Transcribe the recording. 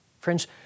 Friends